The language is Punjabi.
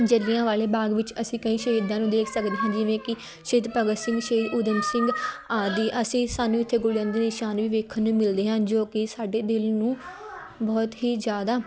ਜਲ੍ਹਿਆਂ ਵਾਲੇ ਬਾਗ ਵਿੱਚ ਅਸੀਂ ਕਈ ਸ਼ਹੀਦਾਂ ਨੂੰ ਦੇਖ ਸਕਦੇ ਹਾਂ ਜਿਵੇਂ ਕਿ ਸ਼ਹੀਦ ਭਗਤ ਸਿੰਘ ਸ਼ਹੀਦ ਉਧਮ ਸਿੰਘ ਆਦਿ ਅਸੀਂ ਸਾਨੂੰ ਇੱਥੇ ਗੋਲੀਆਂ ਦੇ ਨਿਸ਼ਾਨ ਵੀ ਵੇਖਣ ਨੂੰ ਮਿਲਦੇ ਹਨ ਜੋ ਕਿ ਸਾਡੇ ਦਿਲ ਨੂੰ ਬਹੁਤ ਹੀ ਜ਼ਿਆਦਾ